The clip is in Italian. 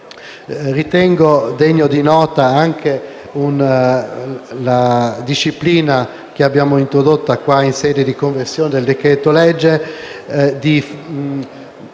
Ritengo degna di nota anche la disciplina, che abbiamo introdotto in sede di conversione del decreto-legge,